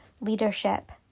leadership